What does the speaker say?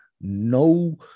No